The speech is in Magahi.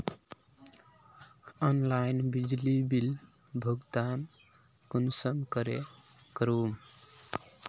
ऑनलाइन बिजली बिल भुगतान कुंसम करे करूम?